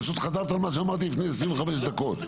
פשוט חזרת על מה שאמרתי לפני 25 דקות.